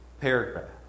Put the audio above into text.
paragraph